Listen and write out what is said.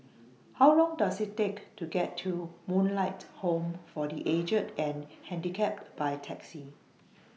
How Long Does IT Take to get to Moonlight Home For The Aged and Handicapped By Taxi